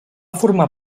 formar